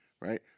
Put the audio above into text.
Right